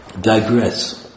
digress